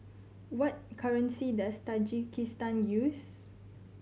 what currency does Tajikistan use